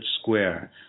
square